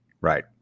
Right